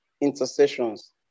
intercessions